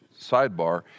sidebar